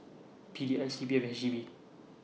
P D I C P F H E B